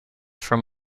from